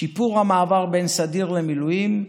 שיפור המעבר בין סדיר למילואים.